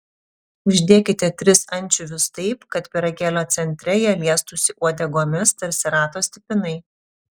uždėkite tris ančiuvius taip kad pyragėlio centre jie liestųsi uodegomis tarsi rato stipinai